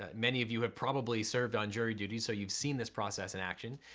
ah many of you have probably served on jury duty, so you've seen this process in action.